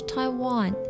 Taiwan